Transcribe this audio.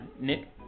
Nick